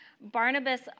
Barnabas